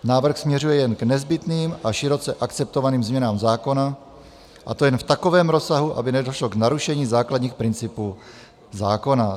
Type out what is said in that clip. Návrh směřuje jen k nezbytným a široce akceptovaným změnám zákona, a to jen v takovém rozsahu, aby nedošlo k narušení základních principů zákona.